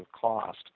cost